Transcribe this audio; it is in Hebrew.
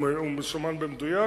הוא מסומן במדויק,